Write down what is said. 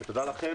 ואני מודה לכם,